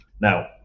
Now